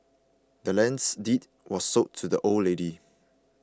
the land's deed was sold to the old lady